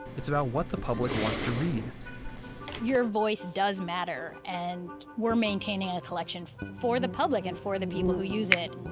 it's about what the public wants to read your voice does matter. and we're maintaining a collection for the public and for the people who use it